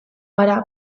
gara